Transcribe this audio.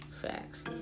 facts